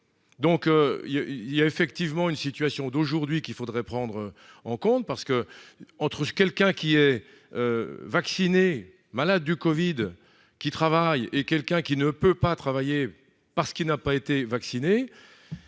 y a, il y a effectivement une situation d'aujourd'hui qu'il faudrait prendre en compte parce que, entre quelqu'un qui est vaccinée malade du Covid qui travaille et quelqu'un qui ne peut pas travailler parce qu'il n'a pas été vacciné